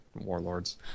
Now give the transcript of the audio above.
Warlords